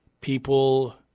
people